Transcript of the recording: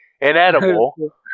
inedible